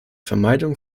vermeidung